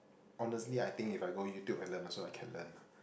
honestly I think if I go YouTube and learn also I can learn